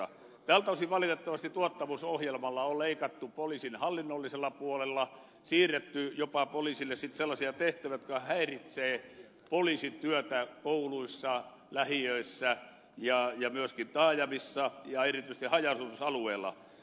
tältä osin valitettavasti tuottavuusohjelmalla on leikattu poliisin hallinnollisella puolella siirretty jopa poliisille sitten sellaisia tehtäviä jotka häiritsevät poliisin työtä kouluissa lähiöissä ja myöskin taajamissa ja erityisesti haja asutusalueella